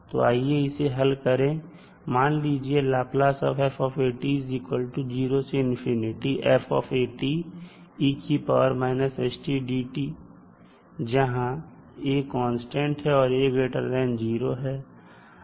तो आइए इसे हल करें मान लीजिए जहां a कांस्टेंट् है और a0 है